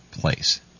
place